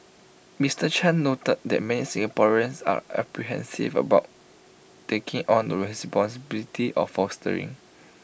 Mister chan noted that many Singaporeans are apprehensive about taking on the responsibility of fostering